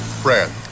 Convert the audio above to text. Brad